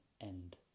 end